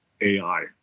AI